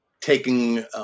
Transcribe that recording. taking